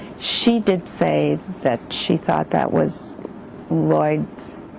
she did say that she thought that was lloyds